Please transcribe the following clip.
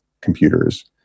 computers